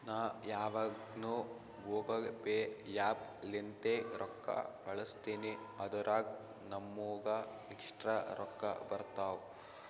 ನಾ ಯಾವಗ್ನು Google Pay app ಲಿಂತೇ ರೊಕ್ಕಾ ಕಳುಸ್ತಿನಿ ಅದುರಾಗ್ ನಮ್ಮೂಗ ಎಕ್ಸ್ಟ್ರಾ ರೊಕ್ಕಾ ಬರ್ತಾವ್